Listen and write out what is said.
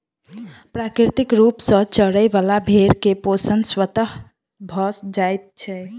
प्राकृतिक रूप सॅ चरय बला भेंड़ के पोषण स्वतः भ जाइत छै